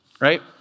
right